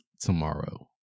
tomorrow